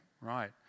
right